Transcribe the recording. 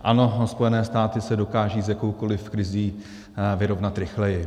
Ano, Spojené státy se dokážou s jakoukoli krizí vyrovnat rychleji.